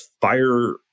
fire